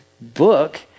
book